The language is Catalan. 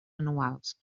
anuals